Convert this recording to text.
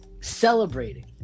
celebrating